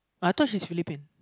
I thought she's Philippines